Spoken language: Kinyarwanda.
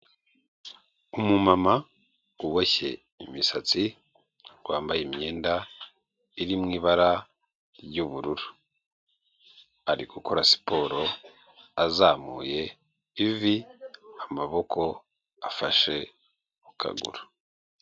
Umumama uboshye imisatsi, wambaye imyenda iri mu ibara ry'ubururu, ari gukora siporo azamuye ivi amaboko afashe mu kaguru.